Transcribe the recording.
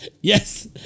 Yes